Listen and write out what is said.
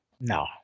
No